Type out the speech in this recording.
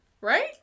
Right